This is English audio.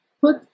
put